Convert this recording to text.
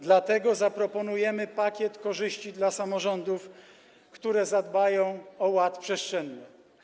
Dlatego zaproponujemy pakiet korzyści dla samorządów, które zadbają o ład przestrzenny.